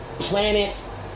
planets